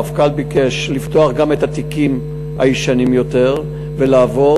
המפכ"ל ביקש לפתוח גם את התיקים הישנים יותר ולעבור.